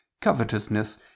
covetousness